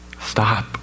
Stop